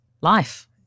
life